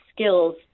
skills